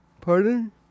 Pardon